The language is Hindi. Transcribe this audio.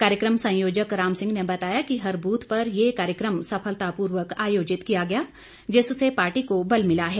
कार्यकम संयोजक रामसिंह ने बताया कि हर बूथ पर ये कार्यक्रम सफलतापूर्वक आयोजित किया गया जिससे पार्टी को बल मिला है